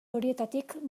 horietatik